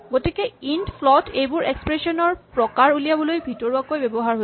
গতিকে int float এইবোৰ expression ৰ প্ৰকাৰ উলিয়াবলৈ ভিতৰুৱাকৈ ব্যৱহাৰ হৈছে